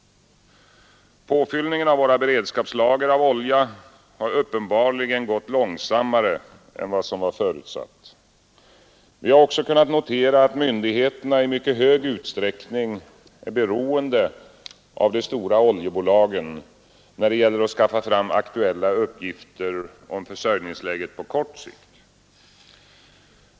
Påfyllningen av våra beredskapslager av olja har uppenbarligen gått långsammare än vad som varit förutsatt. Vi har också kunnat notera att myndigheterna i mycket hög utsträckning är beroende av de stora oljebolagen, när det gäller att skaffa fram aktuella uppgifter om försörjningsläget på kort sikt.